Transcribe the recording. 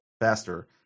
faster